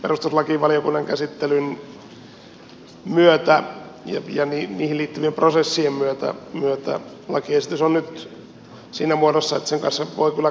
perustuslakivaliokunnan käsittelyn myötä ja niihin liittyvien prosessien myötä lakiesitys on nyt siinä muodossa että sen kanssa voi kyllä kohtuudella elää